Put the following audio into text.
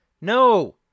No